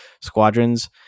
Squadrons